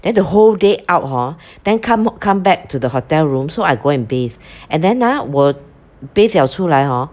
then the whole day out hor then come come back to the hotel room so I go and bathe and then ah 我 bathe liao 出来 hor